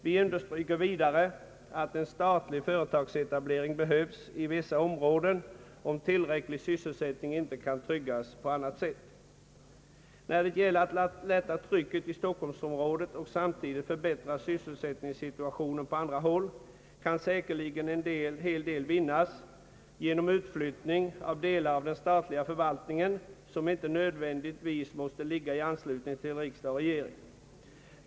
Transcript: Vi understryker vidare att en statlig företagsetablering behövs i vissa områden, om tillräcklig sysselsättning inte kan tryggas på annat sätt. När det gäller att lätta trycket i Stockholmsområdet och samtidigt förbättra sysselsättningssituationen på andra håll kan säkerligen åtskilligt vinnas genom utflyttning av delar av den statliga förvaltningen som inte nödvändigtvis måste ha direkt kontakt med riksdag och regering.